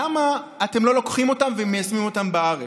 למה אתם לא לוקחים אותם ומיישמים אותם בארץ?